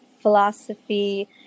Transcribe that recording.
philosophy